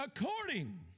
according